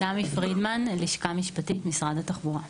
תמי פרידמן, לשכה משפטית, משרד התחבורה.